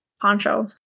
Poncho